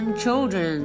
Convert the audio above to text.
children